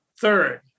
third